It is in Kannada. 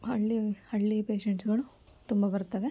ಹಳ್ಳಿ ಹಳ್ಳಿ ಪೇಶೆಂಟ್ಸ್ಗಳು ತುಂಬ ಬರ್ತಾರೆ